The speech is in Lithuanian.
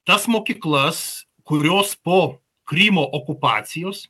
tas mokyklas kurios po krymo okupacijos